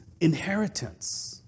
inheritance